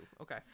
Okay